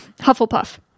Hufflepuff